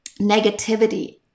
negativity